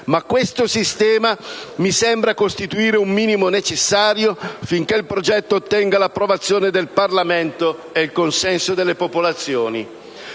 ma questo sistema mi sembra costituire un minimo necessario finché il progetto ottenga l'approvazione del Parlamento e il consenso delle popolazioni».